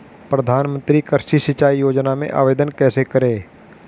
प्रधानमंत्री कृषि सिंचाई योजना में आवेदन कैसे करें?